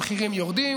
המחירים יורדים,